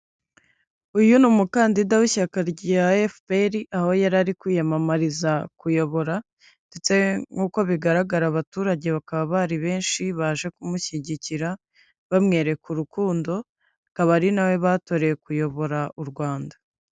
Uyu ni umukandida w'ishyaka rya FPR, aho yari ari kwiyamamariza kuyobora ndetse nk'uko bigaragara abaturage bakaba bari benshi baje kumushyigikira, bamwereka urukundo, akaba ari na we batoreye kuyobora u Rwanda.